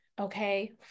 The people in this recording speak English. okay